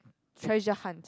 treasure hunt